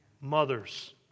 Mothers